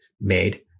made